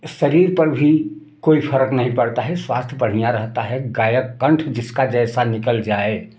शरीर पर भी कोई फ़र्क नहीं पड़ता है स्वास्थ बढ़िया रहता है गायक कंठ जिसका जैसा निकल जाए